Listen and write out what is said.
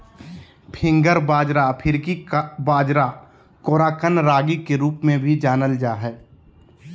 finger बाजरा अफ्रीकी बाजरा कोराकन रागी के रूप में भी जानल जा हइ